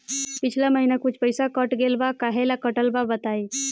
पिछला महीना कुछ पइसा कट गेल बा कहेला कटल बा बताईं?